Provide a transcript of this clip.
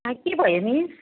ला के भयो मिस